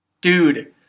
Dude